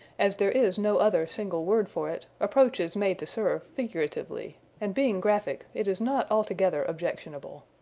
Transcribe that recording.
as there is no other single word for it, approach is made to serve, figuratively and being graphic, it is not altogether objectionable.